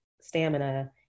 stamina